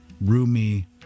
Rumi